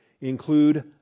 include